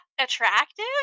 attractive